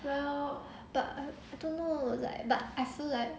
well but I don't know like but I feel like